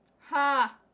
Ha